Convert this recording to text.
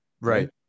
right